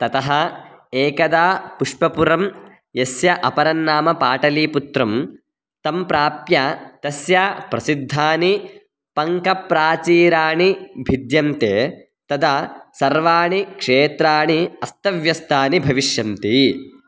ततः एकदा पुष्पपुरं यस्य अपरन्नाम पाटलीपुत्रं तं प्राप्य तस्य प्रसिद्धानि पङ्कप्राचीराणि भिद्यन्ते तदा सर्वाणि क्षेत्राणि अस्तव्यस्तानि भविष्यन्ति